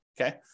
okay